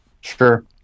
Sure